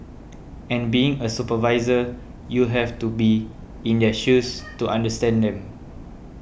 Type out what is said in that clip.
and being a supervisor you have to be in their shoes to understand them